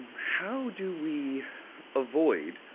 how do we avoid